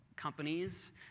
companies